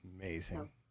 Amazing